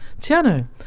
Tiano